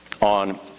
on